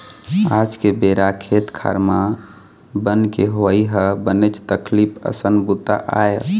आज के बेरा खेत खार म बन के होवई ह बनेच तकलीफ असन बूता आय